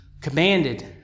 commanded